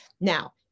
Now